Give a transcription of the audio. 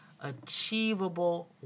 achievable